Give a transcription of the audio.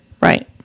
Right